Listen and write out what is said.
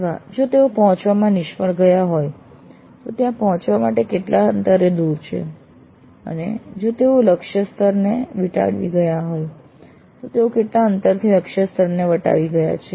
અથવા જો તેઓ પહોંચવામાં નિષ્ફળ ગયા હોય તો ત્યાં પહોંચવા માટે કેટલા અંતરે દૂર છે અને જો તેઓ લક્ષ્ય સ્તરને વટાવી ગયા તો તેઓ કેટલા અંતરથી લક્ષ્ય સ્તરને વટાવી ગયા છે